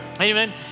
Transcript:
amen